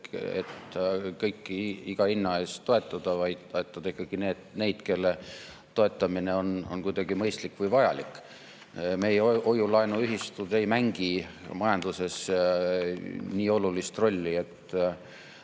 et kõiki iga hinna eest toetada, vaid toetada ikkagi neid, kelle toetamine on mõistlik või vajalik. Meie hoiu-laenuühistud ei mängi majanduses nii olulist rolli ega